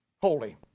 Holy